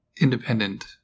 independent